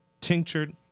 tinctured